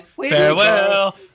Farewell